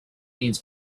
needs